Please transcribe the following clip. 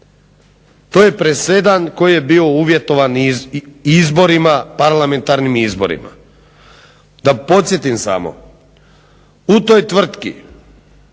To je presedan koji je bio uvjetovan izborima parlamentarnim izborima. Da podsjetim samo, u toj tvrtki